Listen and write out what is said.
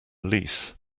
lease